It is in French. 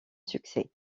succès